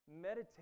Meditate